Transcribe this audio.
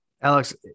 Alex